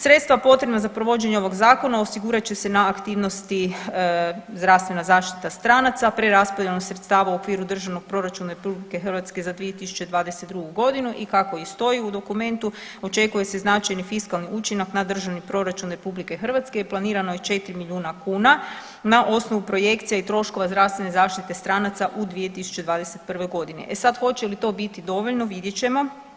Sredstva potrebna za provođenje ovog zakona osigurat će se na aktivnosti zdravstvena zaštita stranaca preraspodjelom sredstava u okviru Državnog proračuna RH za 2022.g. i kako i stoji u dokumentu očekuje se značajni fiskalni učinak na Državni proračun RH i planirano je 4 milijuna kuna na osnovu projekcija i troškova zdravstvene zaštite stranaca u 2021.g., e sad hoće li to biti dovoljno vidjet ćemo.